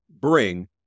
bring